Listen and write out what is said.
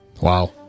Wow